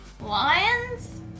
Lions